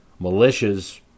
Militias